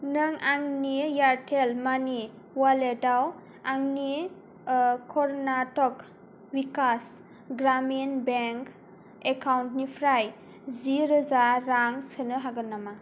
नों आंनि एयारटेल मानि अवालेटाव आंनि कर्नाटक विकास ग्रामिन बेंक एकाउन्टनिफ्राय जिरोजा रां सोनो हागोन नामा